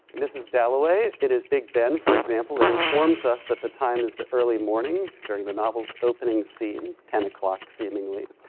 mrs. dalloway, it is big ben, for example, that informs us that the time is the early morning, during the novel's opening scene, ten o'clock, seemingly,